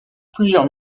plusieurs